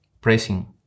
pressing